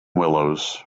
willows